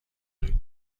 روی